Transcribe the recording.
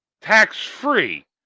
tax-free